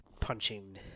punching